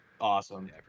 Awesome